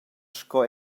sco